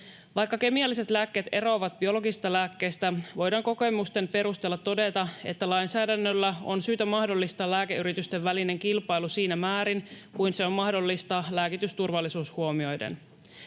Vaikka kemialliset lääkkeet eroavat biologista lääkkeistä, voidaan kokemusten perusteella todeta, että lainsäädännöllä on syytä mahdollistaa lääkeyritysten välinen kilpailu siinä määrin kuin se on mahdollista lääkitysturvallisuus huomioiden.